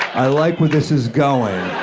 i like where this is going.